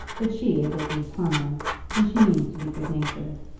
but she is at least harmless, and she means to be good-natured.